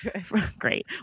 great